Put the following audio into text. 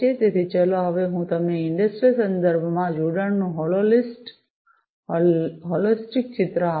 તેથી ચાલો હવે હું તમને ઇંડસ્ટ્રિયલ સંદર્ભમાં જોડાણનું હોલોસ્ટિક ચિત્ર આપું